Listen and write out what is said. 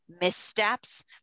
missteps